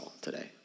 today